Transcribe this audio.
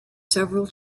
several